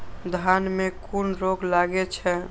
धान में कुन रोग लागे छै?